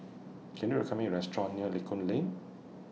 Can YOU recommend Me A Restaurant near Lincoln Lane